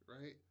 right